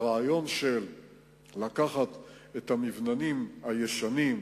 הרעיון של לקחת את המבנים הישנים,